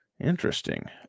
Interesting